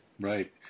Right